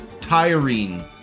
tiring